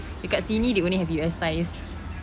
dekat sini they only have U_S size